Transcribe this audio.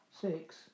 Six